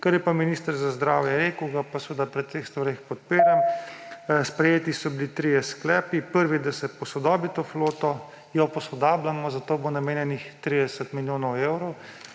Kar je pa minister za zdravje rekel, ga pri teh stvareh podpiram. Sprejeti so bili trije sklepi; prvi, da se posodobi to floto. Jo posodabljamo, za to bo namenjenih 30 milijonov evrov,